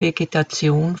vegetation